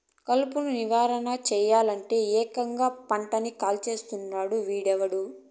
కలుపు నివారణ సెయ్యలంటే, ఏకంగా పంటని కాల్చేస్తున్నాడు వీడెవ్వడు